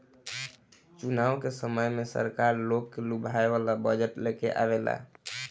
चुनाव के समय में सरकार लोग के लुभावे वाला बजट लेके आवेला